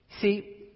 See